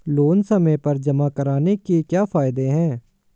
Loan समय पर जमा कराने के क्या फायदे हैं?